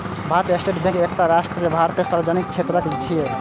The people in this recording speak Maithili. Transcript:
भारतीय स्टेट बैंक एकटा बहुराष्ट्रीय भारतीय सार्वजनिक क्षेत्रक बैंक छियै